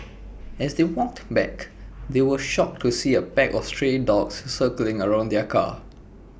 as they walked back they were shocked to see A pack of stray dogs circling around their car